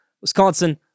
Wisconsin